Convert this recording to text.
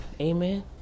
Amen